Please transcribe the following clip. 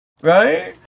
Right